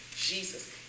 Jesus